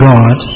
God